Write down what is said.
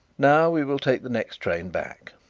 now we will take the next train back.